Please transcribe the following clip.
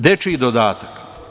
Dečiji dodatak.